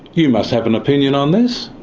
you must have an opinion on this,